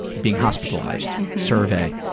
being hospitalized survey,